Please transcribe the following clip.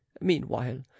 meanwhile